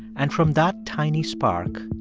and from that tiny spark,